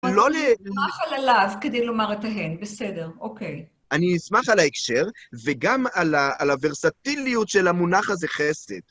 אני אשמח על הלאו כדי לומר את ההן, בסדר, אוקיי. אני אשמח על ההקשר וגם על הוורסטיליות של המונח הזה, חסד.